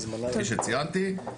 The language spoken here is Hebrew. כפי שציינתי.